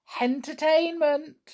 entertainment